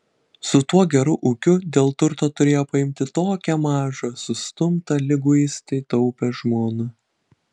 su tuo geru ūkiu dėl turto turėjo paimti tokią mažą sustumtą liguistai taupią žmoną